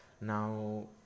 now